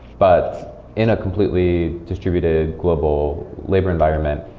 but in a completely distributed, global, labor environment,